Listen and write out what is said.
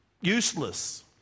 useless